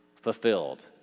fulfilled